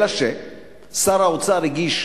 אלא ששר האוצר הגיש